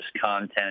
content